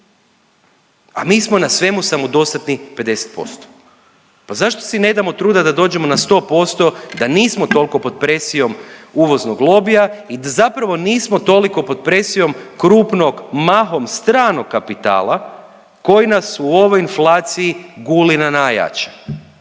a mi smo na svemu samodostatni 50%. Pa zašto si ne damo truda da dođemo na 100%, da nismo toliko pod presijom uvoznog lobija i da zapravo nismo toliko pod presijom krupnog mahom stranog kapitala koji nas u ovoj inflaciji guli na najjače.